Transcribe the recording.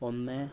ഒന്ന്